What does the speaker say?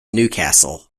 newcastle